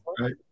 Right